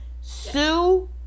Sue